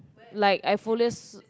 like I follows